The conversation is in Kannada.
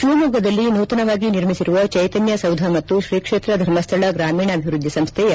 ಶಿವಮೊಗ್ಗದಲ್ಲಿ ನೂತನವಾಗಿ ನಿರ್ಮಿಸಿರುವ ಚೈತನ್ಯ ಸೌಧ ಮತ್ತು ಶ್ರೀ ಕ್ಷೇತ್ರ ಧರ್ಮಶ್ಠಳ ಗ್ರಾಮೀಣಾಭಿವೃದ್ಧಿ ಸಂಸ್ಥೆಯ